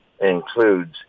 includes